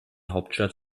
hauptstadt